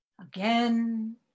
Again